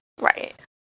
right